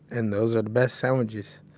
and those are the best sandwiches.